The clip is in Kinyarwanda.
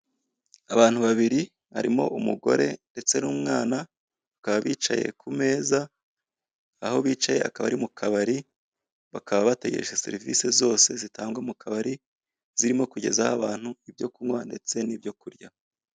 Abantu babiri, harimo umugore ndetse n'umwana bakaba bicaye ku meza, aho bicaye hakaba ari mu kabari, bakaba bategereje serivisi zose zitangwa mu kabari, zirimo kugezaho abantu ibyo kunywa ndetse n'ibyo kurya.